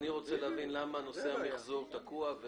אני רוצה להבין למה נושא המחזור תקוע.